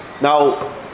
now